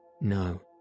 No